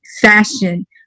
fashion